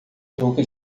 truque